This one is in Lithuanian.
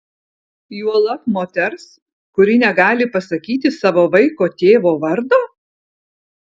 juolab moters kuri negali pasakyti savo vaiko tėvo vardo